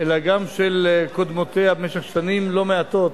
אלא גם של קודמותיה במשך שנים לא מעטות,